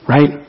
Right